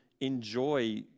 enjoy